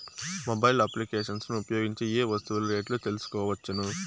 Mobile applications ను ఉపయోగించి ఏ ఏ వస్తువులు రేట్లు తెలుసుకోవచ్చును?